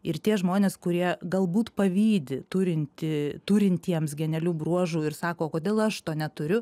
ir tie žmonės kurie galbūt pavydi turinti turintiems genialių bruožų ir sako kodėl aš to neturiu